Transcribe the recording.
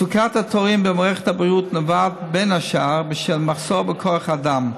מצוקת התורים במערכת הבריאות נובעת בין השאר ממחסור בכוח אדם.